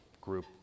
group